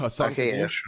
Okay